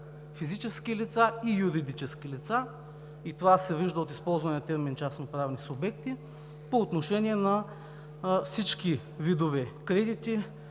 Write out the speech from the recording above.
физически и юридически лица, и това се вижда от използвания термин „частноправни субекти“ по отношение на всички видове кредити,